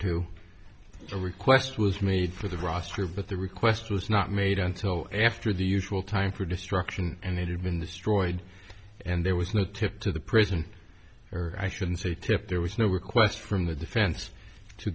the request was made for the roster but the request was not made until after the usual time for destruction and it had been destroyed and there was no tip to the prison or i should say tip there was no request from the defense to